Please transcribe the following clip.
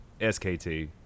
SKT